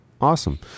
Awesome